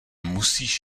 musíš